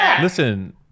listen